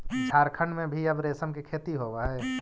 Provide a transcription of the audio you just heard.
झारखण्ड में भी अब रेशम के खेती होवऽ हइ